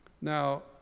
Now